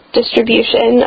distribution